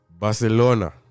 Barcelona